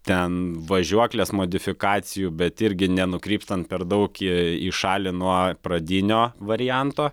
ten važiuoklės modifikacijų bet irgi nenukrypstant per daug į šalį nuo pradinio varianto